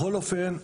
בכל אופן,